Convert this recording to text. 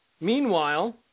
Meanwhile